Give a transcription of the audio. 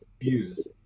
views